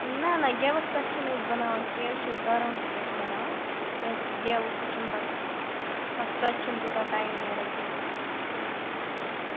نہَ نہَ گٮ۪وَس پٮ۪ٹھ چھِنہٕ أسۍ بَناوان کیٚنٛہہ أسۍ چھِ داراہَسٕے پٮ۪ٹھ بَناوان کیٛازکہِ گٮ۪و سُہ چھُنہٕ پَتہٕ تَتھ ژۄچہِ چھُنہٕ تِیٛوٗتاہ ٹایِم نیران کیٚنٛہہ بیٚیہِ چھُ